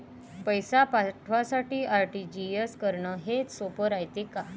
पैसे पाठवासाठी आर.टी.जी.एस करन हेच सोप रायते का?